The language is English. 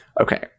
Okay